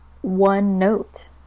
one-note